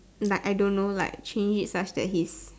like I don't know like change it such that he's